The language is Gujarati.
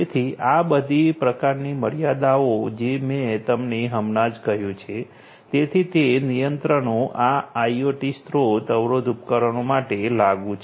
તેથી આ બધી પ્રકારની મર્યાદાઓ જે મેં તમને હમણાં જ કહ્યું છે તેથી તે નિયંત્રણો આ આઇઓટી સ્રોત અવરોધ ઉપકરણો માટે લાગુ છે